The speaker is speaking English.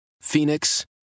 Phoenix